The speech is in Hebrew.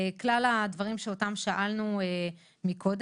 כלל הדברים שאותם שאלנו קודם.